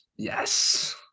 yes